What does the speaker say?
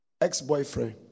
ex-boyfriend